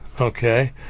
okay